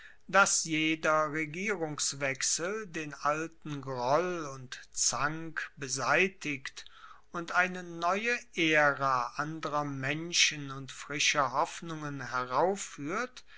dass jeder regierungswechsel den alten groll und zank beseitigt und eine neue aera anderer menschen und frischer hoffnungen